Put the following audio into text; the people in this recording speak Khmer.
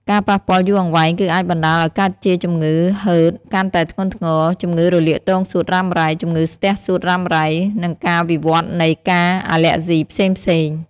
ការប៉ះពាល់យូរអង្វែងគឺអាចបណ្តាលឱ្យកើតជាជំងឺហឺតកាន់តែធ្ងន់ធ្ងរ ជំងឺរលាកទងសួតរ៉ាំរ៉ៃ ជំងឺស្ទះសួតរ៉ាំរ៉ៃ និងការវិវត្តនៃ ការអាលែហ្ស៊ីផ្សេងៗ។